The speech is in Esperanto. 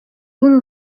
unu